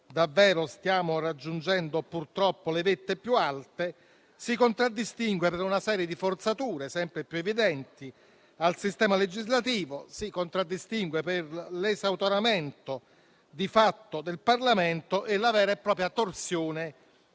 davvero raggiungendo, purtroppo, le vette più alte - si contraddistingue per una serie di forzature sempre più evidenti al sistema legislativo, per l'esautoramento di fatto del Parlamento e per la vera e propria torsione